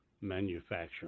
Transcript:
manufacturing